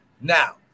Now